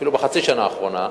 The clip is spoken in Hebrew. אפילו בחצי השנה האחרונה.